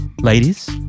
Ladies